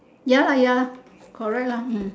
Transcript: ya lah ya correct lor hmm